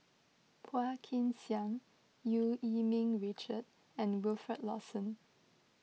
Phua Kin Siang Eu Yee Ming Richard and Wilfed Lawson